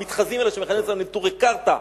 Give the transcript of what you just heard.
המתחזים האלה שמכנים את עצמם "נטורי קרתא",